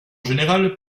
général